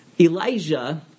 Elijah